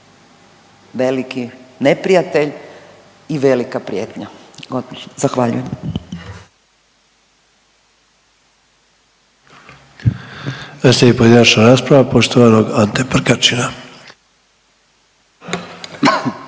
veliki neprijatelj i velika prijetnja. Zahvaljujem.